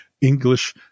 english